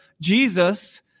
Jesus